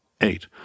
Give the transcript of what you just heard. eight